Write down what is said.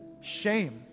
shame